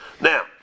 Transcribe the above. Now